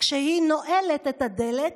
כשהיא נועלת את הדלת.